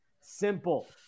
simple